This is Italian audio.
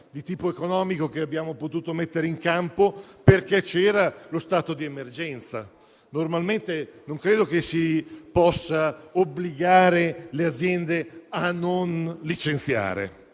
di tipo economico che abbiamo potuto mettere in campo perché c'era lo stato di emergenza. In una condizione normale, non credo si possano obbligare le aziende a non licenziare.